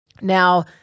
Now